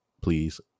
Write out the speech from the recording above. please